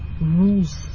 rules